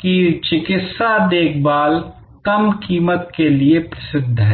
की चिकित्सा देखभाल कम कीमत के लिए प्रसिद्ध है